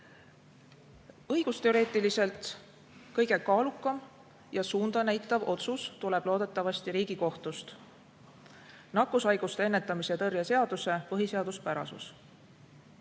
Õigusteoreetiliselt kõige kaalukam ja suunda näitav otsus tuleb loodetavasti Riigikohtust. Nakkushaiguste ennetamise ja tõrje seaduse põhiseaduspärasus.